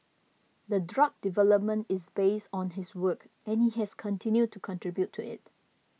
the drug development is based on his work and he has continued to contribute to it